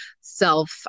self